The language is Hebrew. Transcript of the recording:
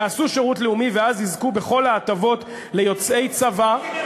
יעשו שירות לאומי ואז יזכו בכל ההטבות ליוצאי צבא,